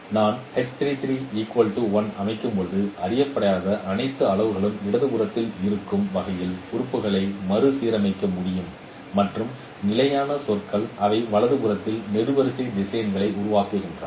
நான் அமைக்கும்போது அறியப்படாத அனைத்து அளவுருக்களும் இடது புறத்தில் இருக்கும் வகையில் உறுப்புகளை மறுசீரமைக்க முடியும் மற்றும் நிலையான சொற்கள் அவை வலது புறத்தில் நெடுவரிசை திசையனை உருவாக்குகின்றன